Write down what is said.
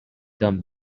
done